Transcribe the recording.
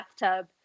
bathtub